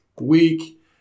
week